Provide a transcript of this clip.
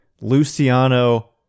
Luciano